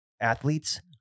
athletes